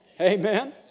Amen